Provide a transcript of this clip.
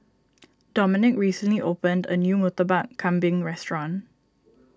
Dominik recently opened a new Murtabak Kambing restaurant